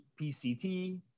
PCT